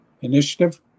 initiative